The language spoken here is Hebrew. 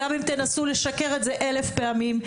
גם אם תנסו לשקר אלף פעמים.